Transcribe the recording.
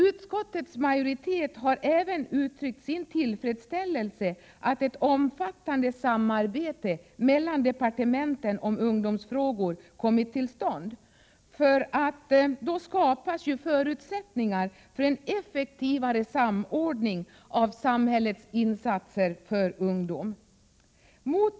Utskottets majoritet har uttryckt sin tillfredsställelse med att ett omfattande samarbete mellan departementen om ungdomsfrågor kommit till stånd, för då skapas ju förutsättningar för en effektivare samordning av samhällets insatser för ungdom.